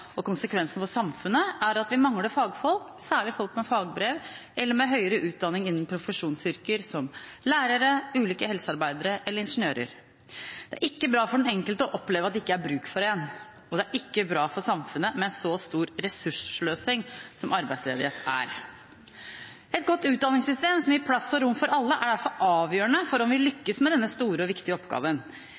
Konsekvensene for samfunnet er at vi mangler fagfolk, særlig folk med fagbrev eller med høyere utdanning innen profesjonsyrker som lærere, ulike helsearbeidere eller ingeniører. Det er ikke bra for den enkelte å oppleve at det ikke er bruk for en, og det er ikke bra for samfunnet med en så stor ressurssløsing som arbeidsledighet er. Et godt utdanningssystem som gir plass og rom for alle, er derfor avgjørende for om vi lykkes med denne store og viktige oppgaven.